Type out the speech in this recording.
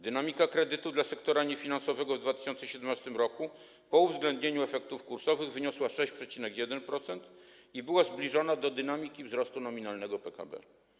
Dynamika kredytu dla sektora niefinansowego w 2017 r. po uwzględnieniu efektów kursowych wyniosła 6,1% i była zbliżona do dynamiki wzrostu nominalnego PKB.